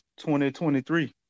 2023